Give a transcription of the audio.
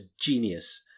genius